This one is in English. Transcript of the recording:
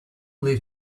leave